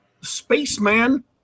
spaceman